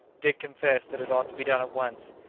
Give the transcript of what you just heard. dick confessed that it ought to be done at once,